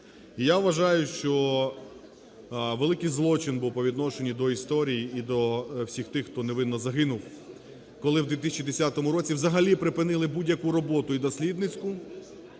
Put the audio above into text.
я вважаю, що великий злочин був по відношенню до історії і до всіх тих, хто невинно загинув, коли в 2010 році взагалі припинили будь-яку роботу: і дослідницьку,